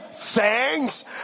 Thanks